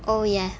oh ya